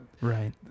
Right